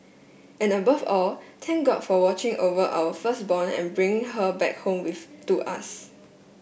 and above all thank God for watching over our firstborn and bringing her back home with to us